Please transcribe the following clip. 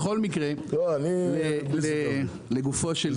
בכל מקרה לגופו של עניין.